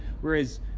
Whereas